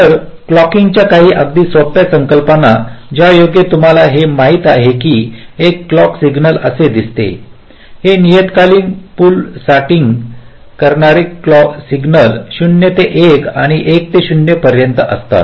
तर क्लॉकिंगच्या काही अगदी सोप्या संकल्पना ज्यायोगे तुम्हाला हे माहित आहे की एक क्लॉक सिग्नल असे दिसते हे नियतकालिक पुलंसाटींग करणारे सिग्नल 0 ते 1 आणि 1 ते 0 पर्यंत असतात